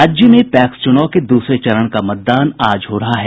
राज्य में पैक्स चुनाव के दूसरे चरण का मतदान आज हो रहा है